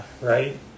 right